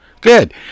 Good